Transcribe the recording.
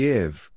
Give